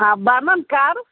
آ بَنن کَر